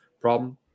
Problem